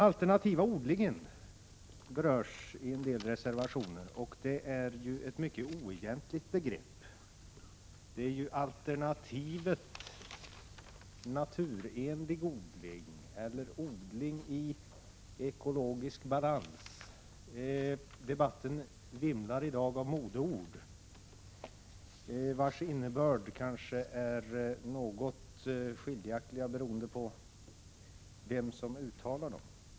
Alternativ odling berörs i en del reservationer. Begreppet är oegentligt. Det alternativ som det gäller är naturenlig odling eller odling i ekologisk balans. Debatten vimlar i dag av modeord vars innebörd kanske är något skiljaktiga beroende på vem som uttalar dem.